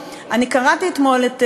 נגד אריה מכלוף דרעי,